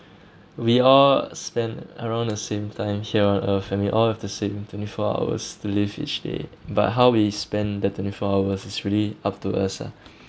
we all spend around the same time here on earth and we all have the same twenty four hours to live each day but how we spend the twenty four hours is really up to us ah